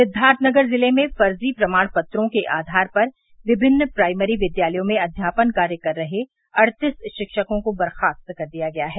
सिद्वार्थ नगर जिले में फूर्जी प्रमाण पत्रों के आधार पर विभिन्न प्राइमरी विद्यालयों में अध्यापन कार्य कर रहे अड़तीस शिक्षकों को बर्ख़ास्त कर दिया गया है